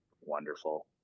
wonderful